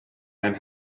and